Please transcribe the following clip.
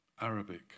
arabic